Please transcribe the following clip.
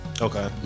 Okay